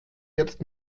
jetzt